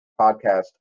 podcast